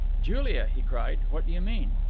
julia, he cried, what do you mean?